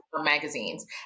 magazines